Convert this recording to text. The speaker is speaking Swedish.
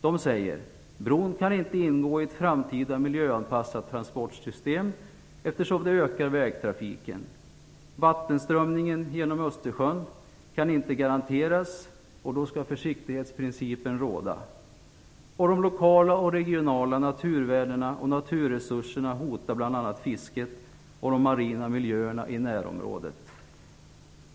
De säger att bron inte kan ingå i ett framtida miljöanpassat transportsystem eftersom vägtrafiken kommer att öka. Vattenströmningen genom Östersjön kan inte garanteras, och då skall försiktighetsprincipen råda. De lokala och regionala naturvärdena och naturresurserna hotas, bl.a. fisket och marina miljöer i närområdet.